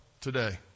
Today